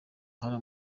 hano